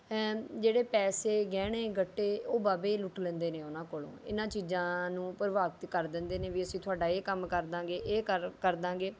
ਜਿਹੜੇ ਪੈਸੇ ਗਹਿਣੇ ਗੱਟੇ ਓਹ ਬਾਬੇ ਲੁੱਟ ਲੈਂਦੇ ਨੇ ਉਹਨਾਂ ਕੋਲੋਂ ਇਹਨਾਂ ਚੀਜ਼ਾਂ ਨੂੰ ਪ੍ਰਭਾਵਿਤ ਕਰ ਦਿੰਦੇ ਨੇ ਵੀ ਅਸੀਂ ਤੁਹਾਡਾ ਇਹ ਕੰਮ ਕਰ ਦਾਂਗੇ ਇਹ ਕਰ ਕਰ ਦਾਂਗੇ